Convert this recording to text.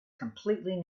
completely